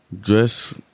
dress